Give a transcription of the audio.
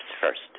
first